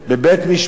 את הבדואים.